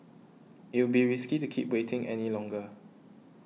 it will be risky to keep waiting any longer